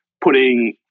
putting